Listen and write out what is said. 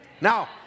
Now